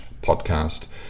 podcast